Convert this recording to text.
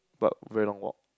but very long walk